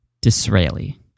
Disraeli